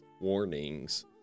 warnings